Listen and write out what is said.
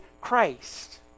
Christ